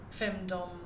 femdom